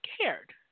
scared